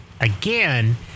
again